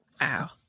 wow